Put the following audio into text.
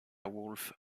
woolf